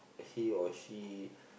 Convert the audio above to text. he or she